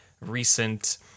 recent